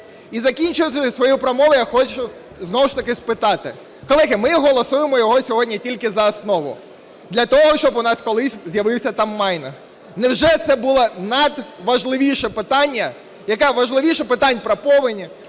І закінчуючи свою промову, я хочу знову ж таки спитати. Колеги, ми голосуємо його сьогодні тільки за основу для того, щоб у нас колись з'явився там майнінг. Невже це було надважливіше питання, яке важливіше питань про повені,